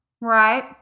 right